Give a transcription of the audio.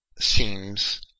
seems